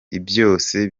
ibyose